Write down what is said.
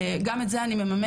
גם את זה אני מממנת,